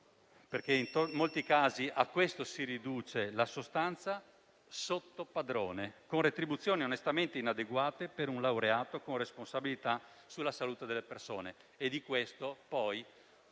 perché in molti casi la sostanza si riduce a questo - sotto padrone, con retribuzioni onestamente inadeguate per un laureato con responsabilità sulla salute delle persone. E di questo pagano